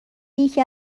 یکی